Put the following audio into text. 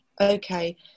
okay